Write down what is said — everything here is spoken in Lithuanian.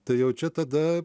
tai jau čia tada